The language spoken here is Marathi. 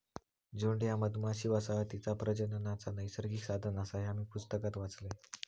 झुंड ह्या मधमाशी वसाहतीचा प्रजननाचा नैसर्गिक साधन आसा, ह्या मी पुस्तकात वाचलंय